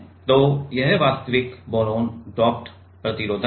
तो ये वास्तविक बोरॉन डोप्ड प्रतिरोधक हैं